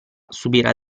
subirà